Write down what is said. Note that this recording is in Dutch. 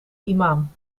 imam